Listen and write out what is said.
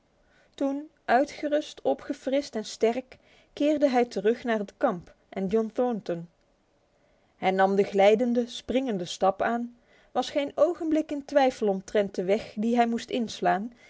toen uitgerust opgefrist en sterk keerde hij terug naar het kamp en john thornton hij nam de glijdende springende stap aan was geen ogenblik in twijfel omtrent de weg die hij moest inslaan